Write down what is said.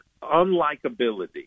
unlikability